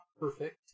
perfect